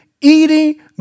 eating